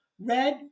red